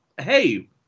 hey